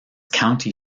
county